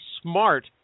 smart